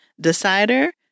Decider